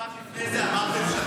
ומשפט לפני זה אמרתם שאתם בעד.